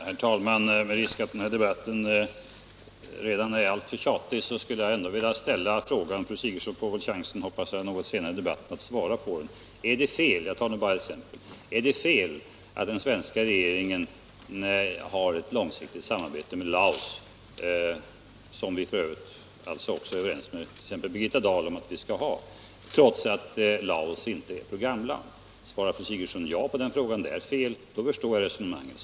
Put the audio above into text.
Herr talman! Även om denna debatt redan är långdragen, skulle jag ändå vilja ställa följande fråga, som fru Sigurdsen väl får chansen att svara på något senare i debatten: Är det fel att den svenska regeringen har ett långsiktigt samarbete med Laos — vilket vi f. ö. är överens med exempelvis Birgitta Dahl om att vi skall ha — trots att Laos inte är ett programland? Svarar fru Sigurdsen ja på den frågan, alltså att det är fel, förstår jag resonemanget.